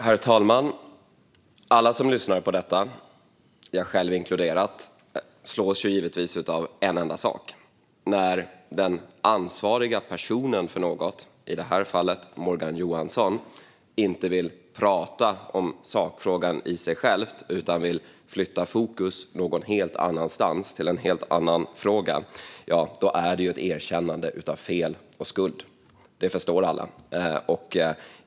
Herr talman! Alla som lyssnar på detta, jag själv inkluderad, slås givetvis av en enda sak: När den ansvariga personen för något, i det här fallet Morgan Johansson, inte vill prata om sakfrågan i sig utan vill flytta fokus till en helt annan fråga, ja, då är det ett erkännande av fel och skuld. Det förstår alla.